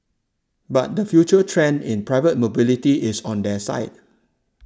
but the future trend in private mobility is on their side